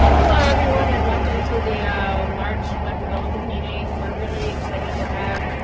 hello, everyone, and welcome to the march web development meeting. we're really excited to have